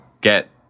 get